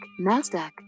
Nasdaq